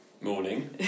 Morning